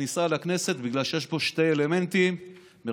בכניסה לכנסת בגלל שיש פה שני אלמנטים מרכזיים: